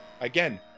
Again